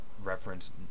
Reference